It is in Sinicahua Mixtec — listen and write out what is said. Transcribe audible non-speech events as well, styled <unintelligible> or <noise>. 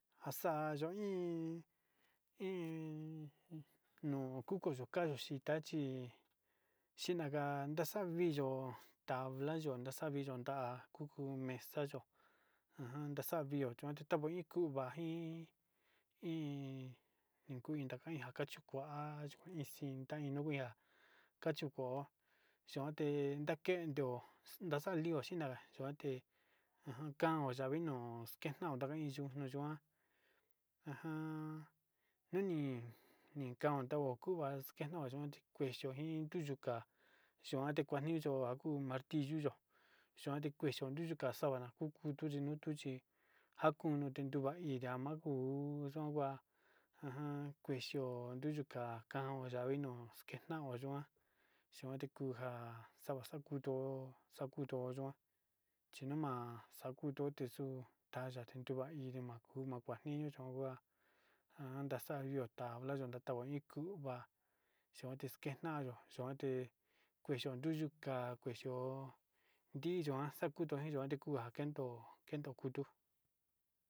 Njaxayo iin iin nuu kukuyo, kukayo xhita chí xhinanga naxaviyo tabla yó naxaviyo nda kuu kuu mesa yó ajan nachavio chuon tatoviku vajin iin nikuu kachi kuinjan kui cintia inuiá kachiko xionde nakendio <unintelligible> naxa'a iho oxhinanga kuante ajan kaven navino kenuax nuu nuyua ajan nani kandeo kuu kuax ken inanga kuexhio iin nduyu ka'a yuantaniyo oha kuu taniyo xhuan nikuexhio niá sabana ni kuu tuchi nakunu tute va'a ninria makuu nungua ajan kuxhio nuyu ka'a akua yavi no kenaxkua yikuan xhion ndekunja xava xakutu xakutu yikuan chinuma xakutu yetu taya nime makuma kua niño yungua njan naxa'a iho tabla nuyeo noin kuu va'a kuxne xhuonatio xuu vée kuxhi nuyu ka'a kuexhi yo'o ndiyuan xa'a kutu tuyuan yekua xaketo kendo tuu.